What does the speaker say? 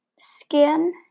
skin